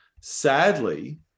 Sadly